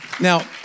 Now